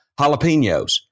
jalapenos